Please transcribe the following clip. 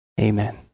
Amen